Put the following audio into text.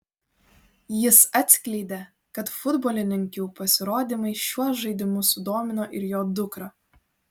jis atskleidė kad futbolininkių pasirodymai šiuo žaidimu sudomino ir jo dukrą